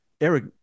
Eric